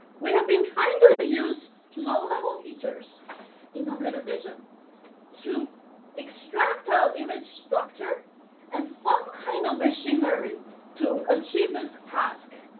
we have been trying to use low-level features in computer vision to extract an ah image structure and some kind of machinery to achieve this task.